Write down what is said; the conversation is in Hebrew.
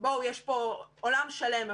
בואו יש פה עולם שלם.